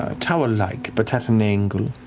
ah tower-like, but at an angle.